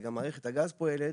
וגם מערכת הגז פועלת,